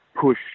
push